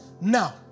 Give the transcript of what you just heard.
now